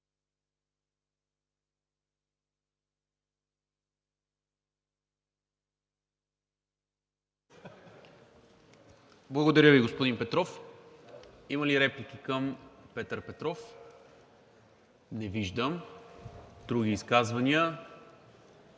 Благодаря Ви, господин Петров. Има ли реплики към Петър Петров? Не виждам. Други изказвания?